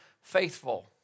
faithful